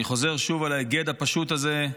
אני חוזר שוב על ההיגד הפשוט הזה,